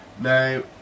now